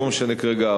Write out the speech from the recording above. לא משנה כרגע,